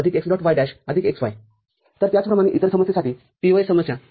y तर त्याचप्रमाणे इतर समस्येसाठी POS समस्या